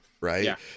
right